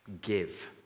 give